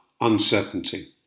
uncertainty